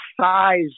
size